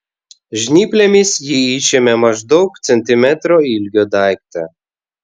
žnyplėmis ji išėmė maždaug centimetro ilgio daiktą